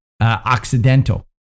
Occidental